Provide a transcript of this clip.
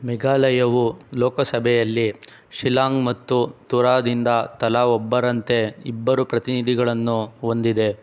ಮೇಘಾಲಯವು ಲೋಕಸಭೆಯಲ್ಲಿ ಶಿಲಾಂಗ್ ಮತ್ತು ತುರಾದಿಂದ ತಲಾ ಒಬ್ಬರಂತೆ ಇಬ್ಬರು ಪ್ರತಿನಿಧಿಗಳನ್ನು ಹೊಂದಿದೆ